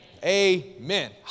Amen